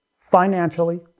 financially